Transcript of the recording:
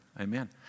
Amen